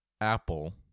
Apple